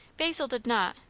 basil did not,